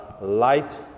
light